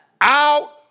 out